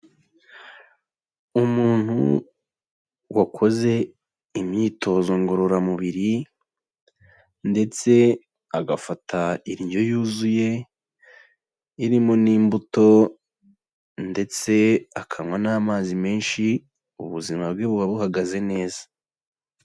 Umuntu wakoze imyitozo ngororamubiri ndetse agafata indyo yuzuye irimo n'imbuto ndetse akanywa n'amazi menshi ubuzima bwe buba buhagaze neza.